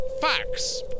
facts